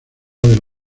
del